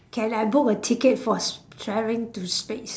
can I book a ticket for s~ traveling to space